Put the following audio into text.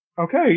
Okay